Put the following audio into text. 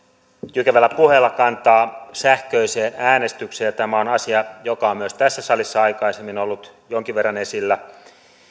jykevällä puheella kantaa sähköiseen äänestykseen ja tämä on asia joka on myös tässä salissa aikaisemmin ollut jonkin verran esillä